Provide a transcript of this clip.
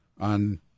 on